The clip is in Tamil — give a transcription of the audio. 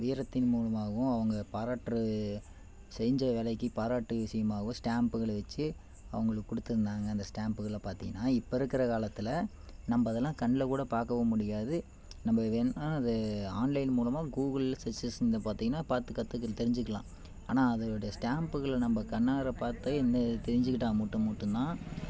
வீரத்தின் மூலமாகவும் அவங்க பாராட்டு செஞ்ச வேலைக்கு பாராட்டு விஷயமாகவும் ஸ்டாம்புகளை வச்சு அவங்களுக்கு கொடுத்துருந்தாங்க அந்த ஸ்டாம்புகள்லாம் பார்த்திங்கனா இப்போ இருக்கிற காலத்தில் நம்ம அதெலாம் கண்ணில் கூட பார்க்கவும் முடியாது நம்ம வேணும்னா அதை ஆன்லைன் மூலமாக கூகுள் சர்ச்சஸ் பார்த்திங்கனா பார்த்து கத்துக்கிறது தெரிஞ்சிக்கலாம் ஆனா அதனுடைய ஸ்டாம்புகளை நம்ம கண்ணால் பார்த்து என்ன இதுன்னு தெரிஞ்சிக்கிட்டால் மட்டுந்தான்